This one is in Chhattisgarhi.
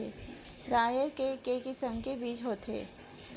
राहेर के किसम के बीज होथे?